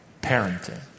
parenting